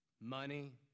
money